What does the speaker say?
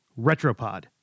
Retropod